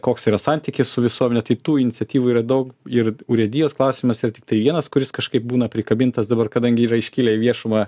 koks yra santykis su visuomene tai tų iniciatyvų yra daug ir urėdijos klausimas yra tiktai vienas kuris kažkaip būna prikabintas dabar kadangi yra iškilę į viešumą